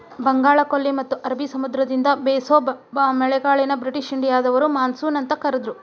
ಬಂಗಾಳಕೊಲ್ಲಿ ಮತ್ತ ಅರಬಿ ಸಮುದ್ರದಿಂದ ಬೇಸೋ ಮಳೆಗಾಳಿಯನ್ನ ಬ್ರಿಟಿಷ್ ಇಂಡಿಯಾದವರು ಮಾನ್ಸೂನ್ ಅಂತ ಕರದ್ರು